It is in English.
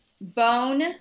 bone